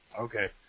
okay